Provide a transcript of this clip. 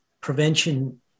prevention